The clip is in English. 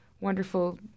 wonderful